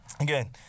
Again